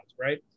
right